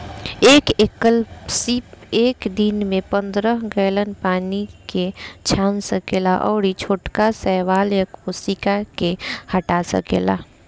एक एकल सीप एक दिन में पंद्रह गैलन पानी के छान सकेला अउरी छोटका शैवाल कोशिका के हटा सकेला